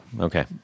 Okay